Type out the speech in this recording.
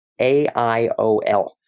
AIOL